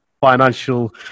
financial